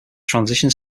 transition